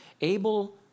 Abel